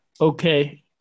Okay